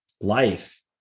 life